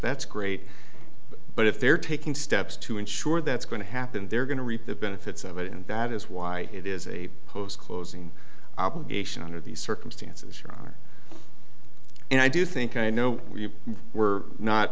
that's great but if they're taking steps to ensure that's going to happen they're going to reap the benefits of it and that is why it is a post closing obligation under these circumstances and i do think i know you were not